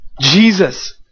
Jesus